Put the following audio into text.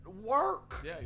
Work